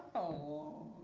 oh.